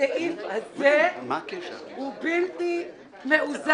הסעיף הזה הוא בלתי מאוזן,